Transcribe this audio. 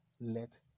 let